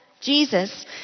Jesus